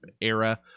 era